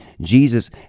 jesus